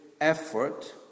Effort